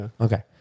Okay